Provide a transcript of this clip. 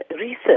research